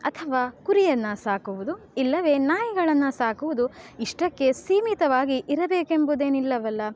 ಅಥವಾ ಕುರಿಯನ್ನು ಸಾಕುವುದು ಇಲ್ಲವೇ ನಾಯಿಗಳನ್ನು ಸಾಕುವುದು ಇಷ್ಟಕ್ಕೇ ಸೀಮಿತವಾಗಿ ಇರಬೇಕೆಂಬುದೇನೂ ಇಲ್ಲವಲ್ಲ